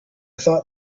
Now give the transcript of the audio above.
thought